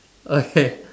okay